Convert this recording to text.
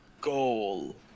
goal